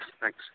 Thanks